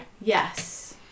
Yes